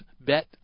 bet